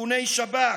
איכוני שב"כ,